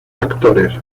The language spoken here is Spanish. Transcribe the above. factores